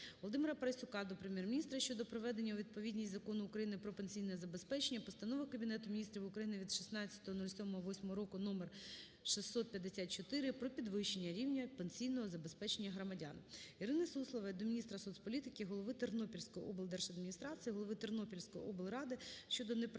Володимира Парасюка до Прем'єр-міністра щодо приведення у відповідність до Закону України "Про пенсійне забезпечення", Постанови Кабінету Міеністрів України від 16.07.2008 року № 654 "Про підвищення рівня пенсійного забезпечення громадян". Ірини Суслової до міністра соцполітики, голови Тернопільської обласної державної адміністрації, Голови Тернопільської облради щодо неправомірних